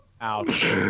Ouch